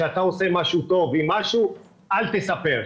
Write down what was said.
כשאתה משהו טוב עם משהו אל תספר.